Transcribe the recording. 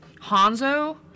Hanzo